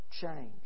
Change